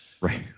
Right